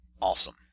awesome